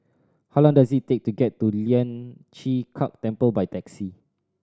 how long does it take to get to Lian Chee Kek Temple by taxi